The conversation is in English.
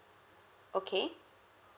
okay